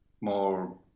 more